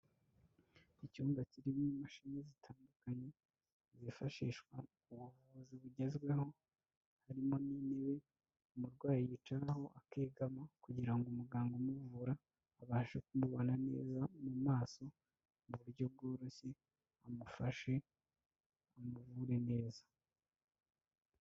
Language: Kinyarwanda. Icyumba kirimo imashini zitandukanye zifashishwa mu ubuvuzi bugezweho, harimo n'intebe umurwayi yicaraho akegama kugira ngo umuganga umuvura abashe kumubona neza mu maso mu buryo bworoshye, amufashe amuvure neza.